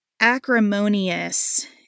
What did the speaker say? acrimonious